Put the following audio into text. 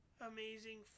amazing